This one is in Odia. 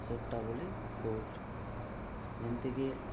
ସୂଟା ବୋଲି କହୁଛୁ ଯେମତିକି